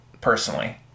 personally